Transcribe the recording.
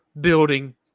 building